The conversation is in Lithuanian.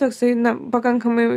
toksai na pakankamai